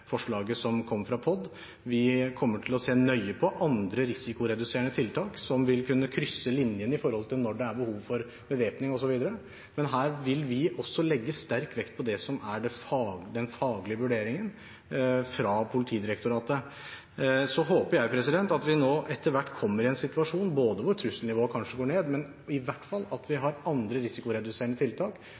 forslaget som kom fra POD. Vi kommer til å se nøye på andre risikoreduserende tiltak som vil kunne krysse linjene med hensyn til når det er behov for bevæpning osv., men her vil vi også legge sterk vekt på den faglige vurderingen fra Politidirektoratet. Så håper jeg at vi nå etter hvert kommer i en situasjon hvor trusselnivået kanskje går ned, men i hvert fall at vi har andre risikoreduserende tiltak